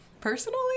personally